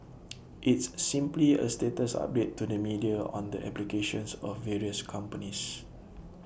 it's simply A status update to the media on the applications of various companies